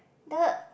third